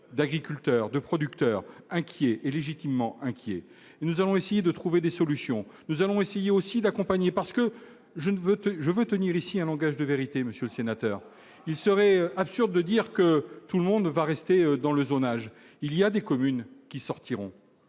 d'agriculteurs de producteurs inquiets et légitimement inquiets et nous avons essayé de trouver des solutions, nous allons essayer aussi d'accompagner parce que je ne veux te je veux tenir ici un langage de vérité monsieur le sénateur, il serait absurde de dire que tout le monde va rester dans le zonage, il y a des communes qui sortiront